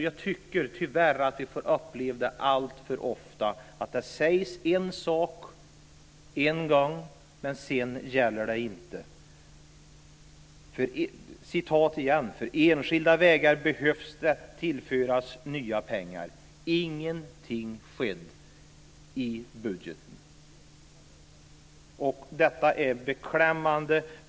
Jag tycker tyvärr att vi alltför ofta får uppleva att det sägs en sak en gång, och sedan gäller det inte. Jag citerar igen: "För enskilda vägar behöver det troligen tillföras nya pengar." Men ingenting har skett i budgeten. Detta är beklämmande.